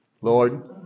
Lord